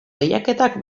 lehiaketak